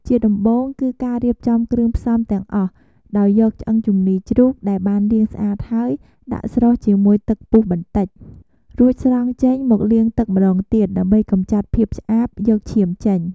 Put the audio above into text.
ជាដំបូង គឺការរៀបចំគ្រឿងផ្សំទាំងអស់ ដោយយកឆ្អឹងជំនីរជ្រូក ដែលបានលាងស្អាតហើយ ដាក់ស្រុះជាមួយទឹកពុះបន្តិច រួចស្រង់ចេញមកលាងទឹកម្ដងទៀត ដើម្បីកម្ចាត់ភាពឆ្អាប យកឈាមចេញ។